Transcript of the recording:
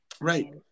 right